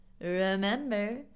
remember